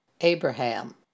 Abraham